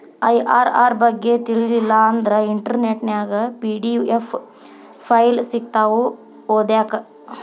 IRR ಬಗ್ಗೆ ತಿಳಿಲಿಲ್ಲಾ ಅಂದ್ರ ಇಂಟರ್ನೆಟ್ ನ್ಯಾಗ ಪಿ.ಡಿ.ಎಫ್ ಫೈಲ್ ಸಿಕ್ತಾವು ಓದಾಕ್